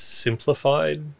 simplified